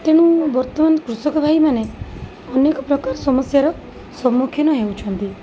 ତେଣୁ ବର୍ତ୍ତମାନ କୃଷକଭାଇମାନେ ଅନେକପ୍ରକାର ସମସ୍ୟାର ସମ୍ମୁଖୀନ ହେଉଛନ୍ତି